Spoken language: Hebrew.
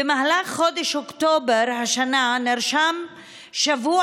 במהלך חודש אוקטובר השנה נרשם שבוע